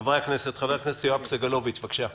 חבר הכנסת יואב סגלוביץ', בבקשה.